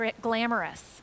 glamorous